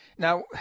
Now